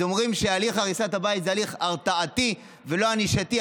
אז הם אומרים שהליך הריסת הבית זה הליך הרתעתי ולא ענישתי,